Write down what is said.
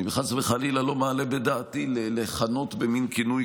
אני חס וחלילה לא מעלה בדעתי לכנות במין כינוי